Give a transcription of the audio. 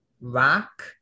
Rock